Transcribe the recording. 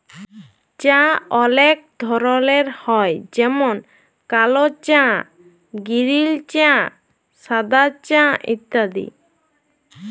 চাঁ অলেক ধরলের হ্যয় যেমল কাল চাঁ গিরিল চাঁ সাদা চাঁ ইত্যাদি